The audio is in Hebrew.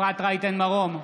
אפרת רייטן מרום,